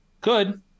Good